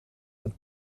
een